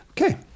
Okay